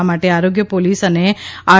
આ માટે આરોગ્ય પોલીસ અને આર